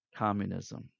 Communism